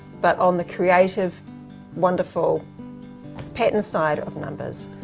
but on the creative wonderful patten side of numbers.